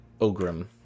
Ogrim